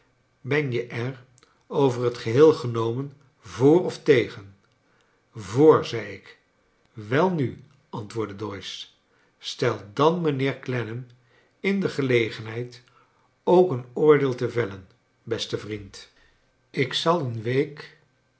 ben je er over liet geheel genomen voor of tegen voor zei ik welnu antwoordde doyce stel dan mijnheer clennam in de gelegenheid ook een oordeel te vellen beste vriend ik zal een week